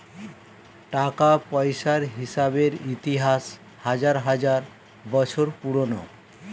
টাকা পয়সার হিসেবের ইতিহাস হাজার হাজার বছর পুরোনো